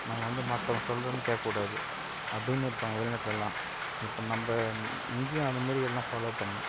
நம்ம வந்து மற்றவங்க சொல்லுறதுன் கேட்க கூடாது அப்படின்னு இருப்பாங்க வெளி நாட்லலாம் இப்போ நம்ப இங்கேயும் அத மேரி எல்லாம் ஃபாலோ பண்ணும்